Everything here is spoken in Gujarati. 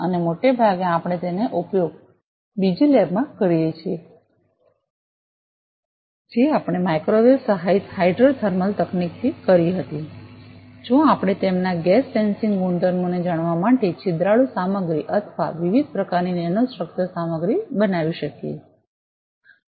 અને મોટે ભાગે આપણે તેનો ઉપયોગ બીજી લેબમાં કરીએ છીએ જે આપણે માઇક્રોવેવ સહાયિત હાઇડ્રોથર્મલતકનીકથી કરી હતી જો આપણે તેમના ગેસ સેન્સિંગગુણધર્મોને જાણવા માટે છિદ્રાળુ સામગ્રી અથવા વિવિધ પ્રકારની નેનોસ્ટ્રક્ચર્ડ સામગ્રી બનાવી શકીએ છીએ